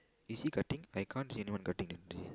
is he cutting I can't see anyone cutting the tree